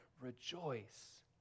rejoice